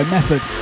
Method